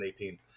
2018